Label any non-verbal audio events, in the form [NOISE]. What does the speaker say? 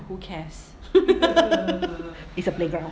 who cares [LAUGHS] it's a playground